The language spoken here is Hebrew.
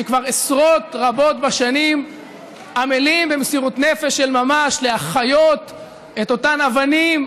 שכבר עשרות רבות בשנים עמלים במסירות נפש של ממש להחיות את אותן אבנים,